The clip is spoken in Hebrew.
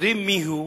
יודעים מיהו,